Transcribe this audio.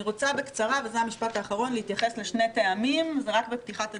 אני רוצה להתייחס בקצרה לשני טעמים זה רק בפתיחת הדיון,